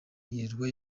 yirirwa